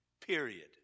Period